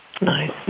Nice